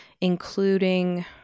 including